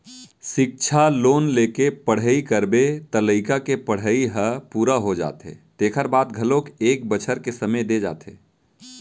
सिक्छा लोन लेके पढ़ई करबे त लइका के पड़हई ह पूरा हो जाथे तेखर बाद घलोक एक बछर के समे दे जाथे